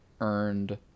earned